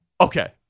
Okay